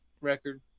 record